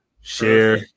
Share